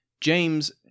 James